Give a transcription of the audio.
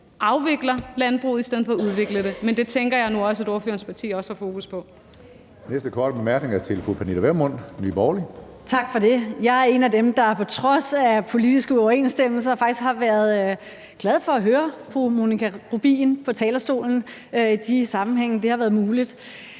afvikler landbruget i stedet for at udvikle det. Men det tænker jeg nu at ordførerens parti også har fokus på.